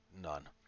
none